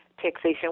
taxation